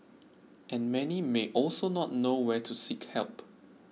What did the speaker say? and many may also not know where to seek help